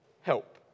help